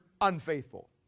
unfaithful